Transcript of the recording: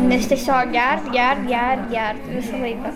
nes tiesiog gert gert gert gert visą laiką